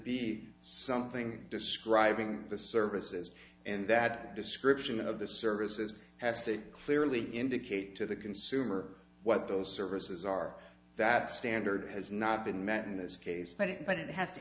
be something describing the services and that description of the services has to clearly indicate to the consumer what those services are that standard has not been met in this case but it